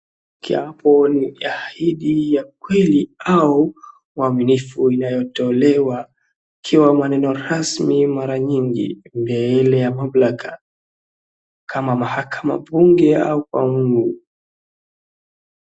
Kiapo ni ahidi ya kweli au uaminifu inayotolewa ikiwa maneno rasmi mara nyingi, bea ile ya mamlaka kama mahakama, bunge au kwa mungu.